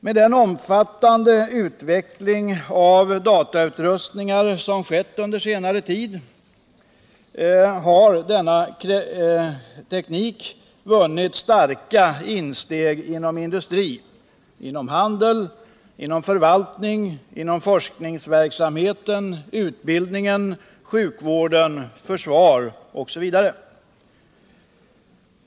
Med den omfattande utveckling av datautrustningar som skett under senare tid har denna teknik vunnit starkt insteg inom industri, handel, förvaltning, forskningsverksamhet, utbildning, sjukvård, försvar osv.